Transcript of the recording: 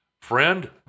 Friend